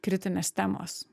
kritinės temos